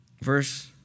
Verse